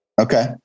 Okay